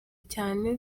cyane